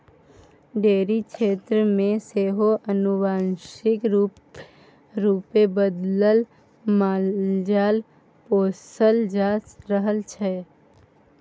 dairy क्षेत्र मे सेहो आनुवांशिक रूपे बदलल मालजाल पोसल जा रहल छै